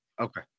Okay